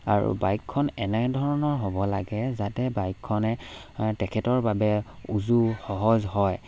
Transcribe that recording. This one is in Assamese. আৰু বাইকখন এনেধৰণৰ হ'ব লাগে যাতে বাইকখনে তেখেতৰ বাবে উজু সহজ হয়